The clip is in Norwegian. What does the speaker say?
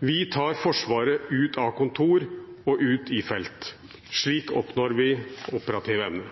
Vi tar Forsvaret ut av kontor og ut i felt. Slik oppnår vi økt operativ evne.